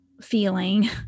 feeling